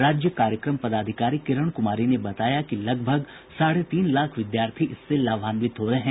राज्य कार्यक्रम पदाधिकारी किरण कुमारी ने बताया कि लगभग साढ़े तीन लाख विद्यार्थी इससे लाभान्वित हो रहे हैं